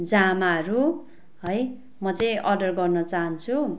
जामाहरू है म चाहिँ अर्डर गर्नु चाहन्छु